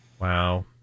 Wow